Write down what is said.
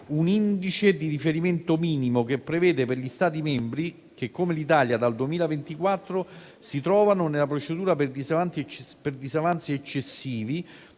un indice di riferimento minimo che prevede per gli Stati membri che - come l'Italia - dal 2024 si trovano nella procedura per disavanzi eccessivi,